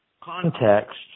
context